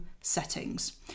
settings